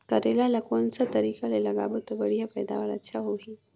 करेला ला कोन सा तरीका ले लगाबो ता बढ़िया पैदावार अच्छा होही?